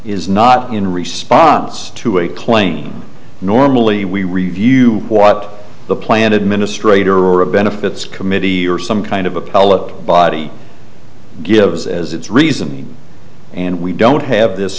is not in response to a claim normally we review what the plan administrator or a benefits committee or some kind of appellate body gives as its reason and we don't have this